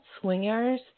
swingers